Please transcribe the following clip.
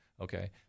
Okay